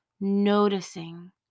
noticing